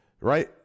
right